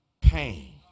pain